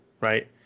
right